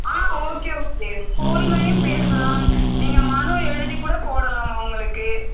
ஆ okay okay ஃபோன்லேயும் பேசலாம் நீங்கள் மனு எழுதி கூட போடலாம் அவங்களுக்கு